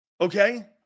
Okay